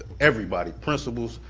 everybody, principals,